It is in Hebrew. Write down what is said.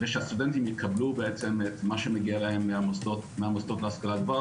ושהסטודנטים יקבלו בעצם את מה שמגיע להם מהמוסדות להשכלה גבוהה,